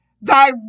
Thy